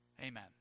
Amen